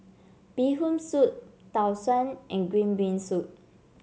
Bee Hoon Soup Tau Suan and Green Bean Soup